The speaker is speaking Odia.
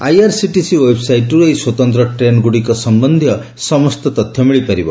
ଆଇଆର୍ସିଟିସି ଓ୍ୱେବ୍ସାଇଟ୍ରୁ ଏହି ସ୍ୱତନ୍ତ୍ର ଟ୍ରେନ୍ଗୁଡ଼ିକ ସମ୍ଭନ୍ଧୀୟ ସମସ୍ତ ତଥ୍ୟ ମିଳିପାରିବ